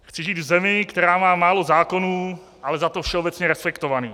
Chci žít v zemi, která má málo zákonů, ale za to všeobecně respektovaných.